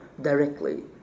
directly